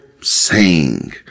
Sing